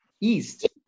east